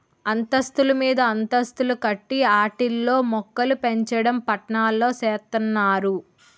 అంతస్తులు మీదంతస్తులు కట్టి ఆటిల్లో మోక్కలుపెంచడం పట్నాల్లో సేత్తన్నారు